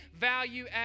value